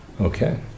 Okay